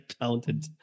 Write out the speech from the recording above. talented